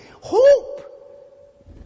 hope